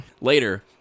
later